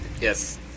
Yes